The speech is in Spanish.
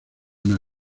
una